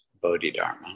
Bodhidharma